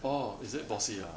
orh is it bossy ah